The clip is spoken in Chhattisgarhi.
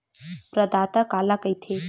प्रदाता काला कइथे?